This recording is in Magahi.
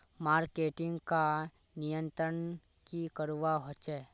मार्केटिंग का नियंत्रण की करवा होचे?